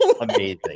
amazing